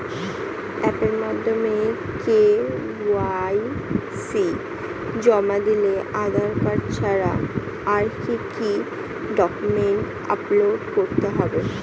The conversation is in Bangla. অ্যাপের মাধ্যমে কে.ওয়াই.সি জমা দিলে আধার কার্ড ছাড়া আর কি কি ডকুমেন্টস আপলোড করতে হবে?